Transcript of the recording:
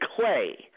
clay